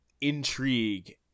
intrigue